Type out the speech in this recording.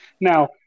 Now